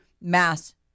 mass